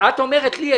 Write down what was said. את אומרת לי.